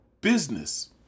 business